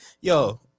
Yo